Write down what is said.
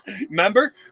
Remember